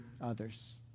others